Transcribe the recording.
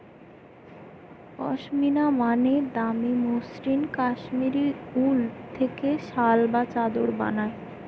পশমিনা মানে দামি মসৃণ কাশ্মীরি উল থেকে শাল বা চাদর বানায়